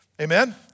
Amen